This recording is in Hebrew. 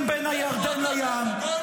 בין הירדן לים -- איפה אתה ואיפה גולדה?